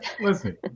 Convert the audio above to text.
listen